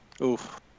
Oof